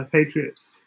Patriots